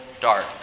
dark